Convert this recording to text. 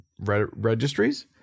registries